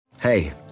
Hey